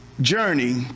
journey